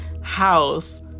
house